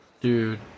Dude